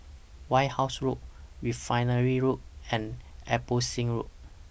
White House Road Refinery Road and Abbotsingh Road